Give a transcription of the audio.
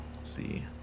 see